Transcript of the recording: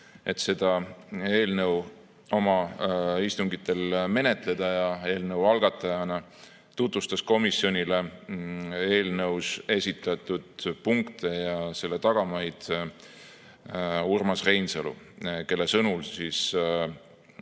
et seda eelnõu oma istungitel menetleda. Eelnõu algatajana tutvustas komisjonile eelnõus esitatud punkte ja tagamaid Urmas Reinsalu, kelle sõnul selle